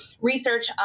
research